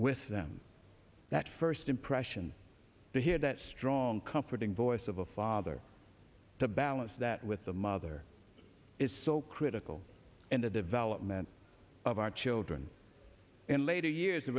with them that first impression to hear that strong comforting voice of a father to balance that with the mother is so critical in the development of our children in later years the